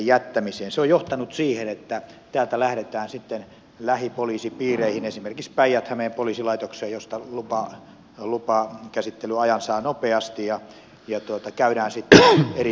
se on johtanut siihen että täältä lähdetään sitten lähipoliisipiireihin esimerkiksi päijät hämeen poliisilaitokseen josta lupakäsittelyajan saa nopeasti ja käydään sitten eri piireissä